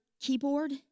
keyboard